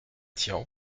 tian